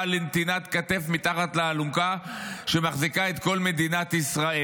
לנתינת כתף מתחת לאלונקה שמחזיקה את כל מדינת ישראל.